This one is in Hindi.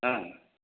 हाँ